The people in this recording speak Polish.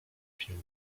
pięknie